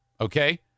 Okay